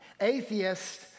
Atheists